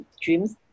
dreams